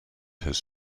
his